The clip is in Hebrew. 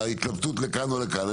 ההתלבטות לכאן או לכאן,